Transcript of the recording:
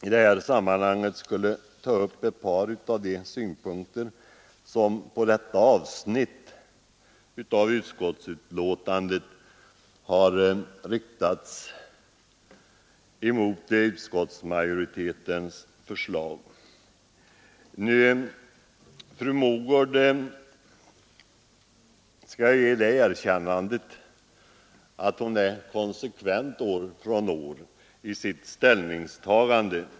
I detta sammanhang vill jag ta upp ett par av de synpunkter som har anförts mot utskottsmajoritetens förslag i detta avsnitt. Fru Mogård skall jag ge det erkännandet att hon är konsekvent år från år i sitt ställningstagande.